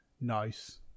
Nice